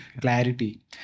Clarity